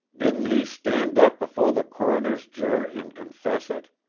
didn't he stan' up before the coroner's jury and confess it?